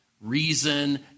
reason